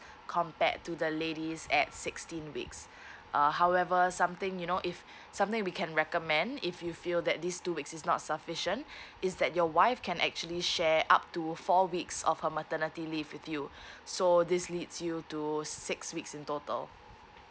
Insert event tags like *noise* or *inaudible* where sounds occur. compared to the ladies at sixteen weeks *breath* uh however something you know if something we can recommend if you feel that these two weeks is not sufficient *breath* is that your wife can actually share up to four weeks of her maternity leave with you *breath* so this leads you to six weeks in total